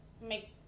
make